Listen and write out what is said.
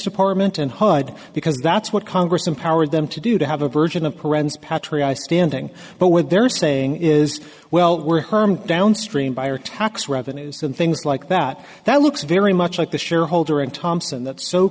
department and hud because that's what congress empowered them to do to have a version of parental patronize standing but what they're saying is well we're herm downstream buyer tax revenues and things like that that looks very much like the shareholder in thomson